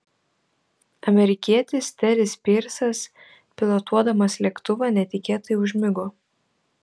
amerikietis teris pyrsas pilotuodamas lėktuvą netikėtai užmigo